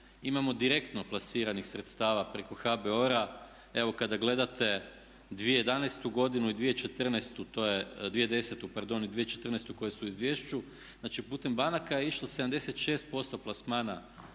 imamo direktno plasiranih sredstava preko HBOR-a. Evo kada gledate 2011. godinu i 2014. to je, 2010. pardon i 2014. koje su u izvješću znači putem banaka je išlo 76% plasmana